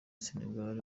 senegal